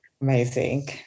Amazing